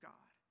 God